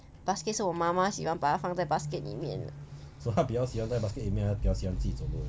basket 是我妈妈喜欢把它放在 basket 里面